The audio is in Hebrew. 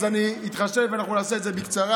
אז אני אתחשב ואנחנו נעשה את זה בקצרה,